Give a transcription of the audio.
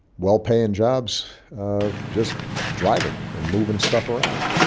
well-paying jobs of just driving and moving stuff around?